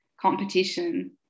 competition